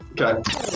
Okay